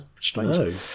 strange